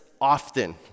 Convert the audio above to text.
often